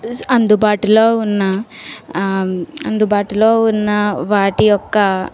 అందుబాటులో ఉన్న అందుబాటులో ఉన్న వాటి యొక్క